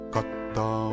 Katta